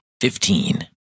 Fifteen